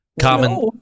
Common